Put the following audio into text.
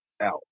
out